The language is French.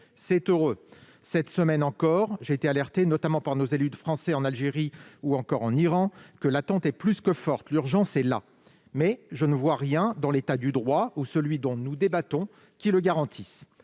C'est heureux. Cette semaine encore, j'ai été alerté notamment par nos élus des Français en Algérie ou encore en Iran : l'attente est plus que forte. L'urgence est là, mais je ne vois rien dans le droit en vigueur ou dans les dispositions dont nous débattons qui garantisse